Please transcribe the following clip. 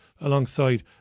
alongside